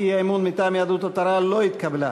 האי-אמון מטעם יהדות התורה לא התקבלה.